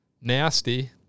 nasty